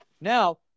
Now